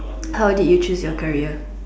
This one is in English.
how did you choose your career